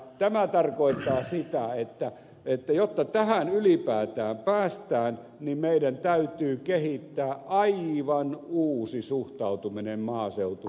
tämä tarkoittaa sitä että jotta tähän ylipäätään päästään niin meidän täytyy kehittää aivan uusi suhtautuminen maaseutuun